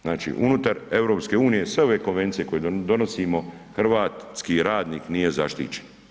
Znači unutar EU sve ove konvencije koje donosimo hrvatski radnik nije zaštićen.